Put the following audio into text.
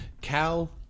Cal